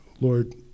Lord